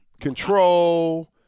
control